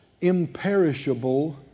imperishable